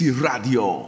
Radio